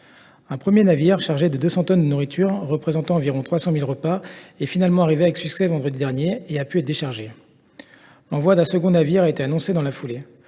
Un premier navire, chargé de 200 tonnes de nourriture, représentant environ 300 000 repas, est finalement arrivé à bon port vendredi dernier et sa cargaison a pu être déchargée. L’envoi d’un second navire a été annoncé dans la foulée.